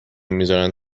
میزارن